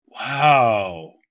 Wow